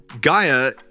Gaia